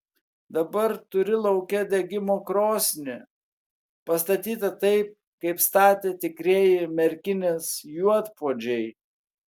dabar turi lauke degimo krosnį pastatytą taip kaip statė tikrieji merkinės juodpuodžiai